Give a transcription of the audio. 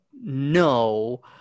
no